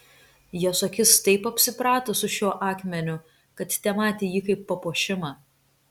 jos akis taip apsiprato su šiuo akmeniu kad tematė jį kaip papuošimą